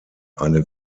eine